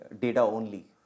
data-only